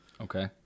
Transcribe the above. Okay